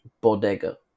Bodega